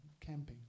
camping